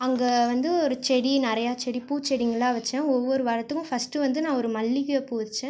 அங்கே வந்து ஒரு செடி நிறைய செடி பூச்செடிங்களெலாம் வச்சேன் ஒவ்வொரு வாரத்துக்கும் ஃபஸ்ட்டு வந்து நான் ஒரு மல்லிகைப்பூ வைச்சேன்